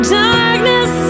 darkness